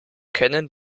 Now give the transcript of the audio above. kennen